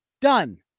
Done